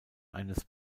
eines